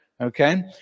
okay